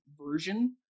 version